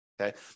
Okay